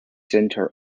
centre